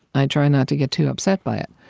i try not to get too upset by it.